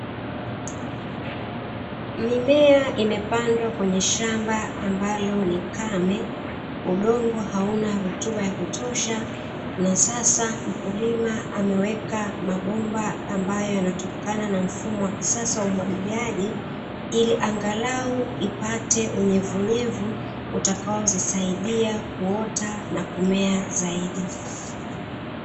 Mimea imepandwa kwenye shamba ambalo ni kame, udongo hauna rutuba ya kutosha na sasa mkulima ameweka mabomba ambayo yanatokana na mfumo wa kisasa wa umwagiliaji ili angalau ipate unyevunyevu utakaozisaidia kuota na kumea zaidi.